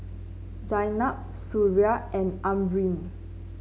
Zaynab Suria and Amrin